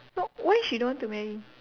so why she don't want to marry